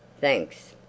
Thanks